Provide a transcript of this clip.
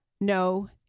no